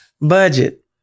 Budget